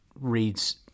reads